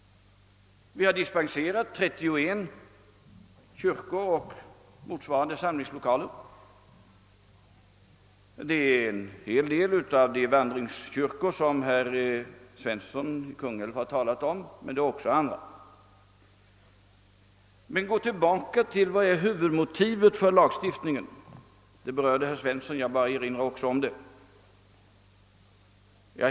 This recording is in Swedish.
Vi har meddelat dispens för 31 kyrkor eller liknande samlingslokaler, bland dem en del sådana vandringskyrkor som herr Svensson i Kungälv talade om, men även andra. Men låt oss gå tillbaka till huvudmotivet för lagstiftningen. Herr Svensson berörde den saken och jag erinrar bara om den.